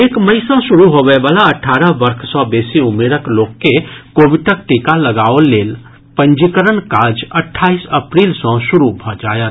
एक मई सँ शुरू होबय वला अठारह वर्ष सँ बेसी उमिरक लोक के कोविडक टीका लगेबाक लेल पंजीकरणक काज अठाईस अप्रील सँ शुरू भऽ जायत